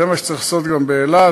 זה מה שצריך לעשות גם באילת.